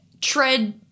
tread